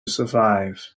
survive